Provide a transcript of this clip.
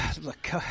look